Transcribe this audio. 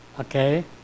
okay